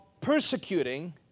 persecuting